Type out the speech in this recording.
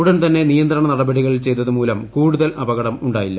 ഉടൻതന്നെ നിയന്ത്രണ നടപടികൾ ചെയ്തതുമൂലം കൂടുതൽ അപകടം ഉണ്ടായില്ല